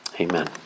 Amen